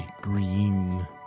green